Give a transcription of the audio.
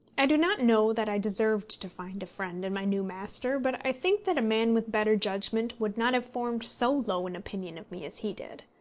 i do not know that i deserved to find a friend in my new master, but i think that a man with better judgment would not have formed so low an opinion of me as he did.